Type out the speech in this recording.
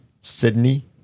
sydney